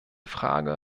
frage